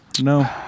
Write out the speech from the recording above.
no